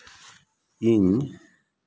ᱤᱧ